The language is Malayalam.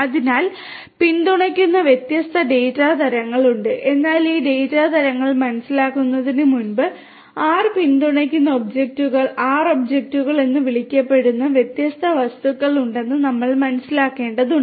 അതിനാൽ പിന്തുണയ്ക്കുന്ന വ്യത്യസ്ത ഡാറ്റ തരങ്ങളുണ്ട് എന്നാൽ ഈ ഡാറ്റ തരങ്ങൾ മനസിലാക്കുന്നതിനുമുമ്പ് ആർ പിന്തുണയ്ക്കുന്ന ഒബ്ജക്റ്റുകൾ ആർ ഒബ്ജക്റ്റുകൾ എന്ന് വിളിക്കപ്പെടുന്ന വ്യത്യസ്ത വസ്തുക്കളുണ്ടെന്ന് നമ്മൾ മനസ്സിലാക്കേണ്ടതുണ്ട്